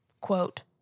Quote